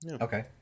Okay